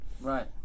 Right